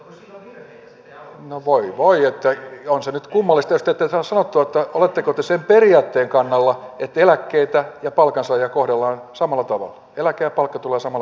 no voi voi on se nyt kummallista jos te ette saa sanottua oletteko te sen periaatteen kannalla että eläkkeensaajia ja palkansaajia kohdellaan samalla tavalla eläke ja palkka tulevat samalla tavalla